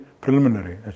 preliminary